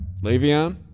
Le'Veon